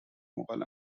mughal